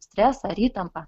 stresą ar įtampą